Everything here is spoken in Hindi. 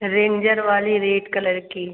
रेंजर वाली रेड कलर की